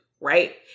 right